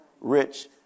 rich